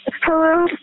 Hello